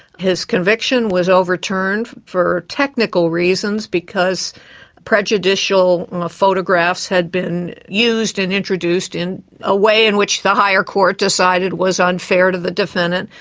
his conviction was overturned for technical reasons because prejudicial photographs had been used and introduced in a way in which the higher court decided was unfair to the defendant.